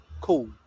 Cool